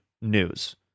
news